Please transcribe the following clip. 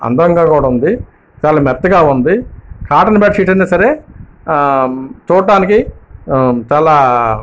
అందంగా కూడా ఉంది చాలా మెత్తగా ఉంది కాటన్ బెడ్ షీట్ అయినా సరే చూడటానికి చాలా